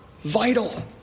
vital